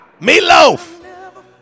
Meatloaf